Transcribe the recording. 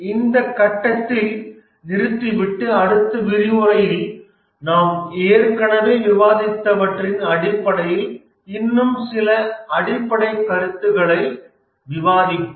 இந்த கட்டத்தில் நிறுத்திவிட்டு அடுத்த விரிவுரையில் நாம் ஏற்கனவே விவாதித்தவற்றின் அடிப்படையில் இன்னும் சில அடிப்படைக் கருத்துகளும் விவாதிப்போம்